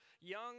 young